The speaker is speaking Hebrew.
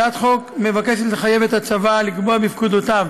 הצעת החוק מבקשת לחייב את הצבא לקבוע בפקודותיו